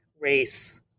race